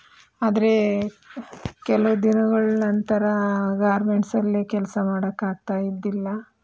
ಆದರೆ ಕೆಲವು ದಿನಗಳ ನಂತರ ಗಾರ್ಮೆಂಟ್ಸಲ್ಲಿ ಕೆಲಸ ಮಾಡಕ್ಕೆ ಆಗ್ತಾ ಇದ್ದಿಲ್ಲ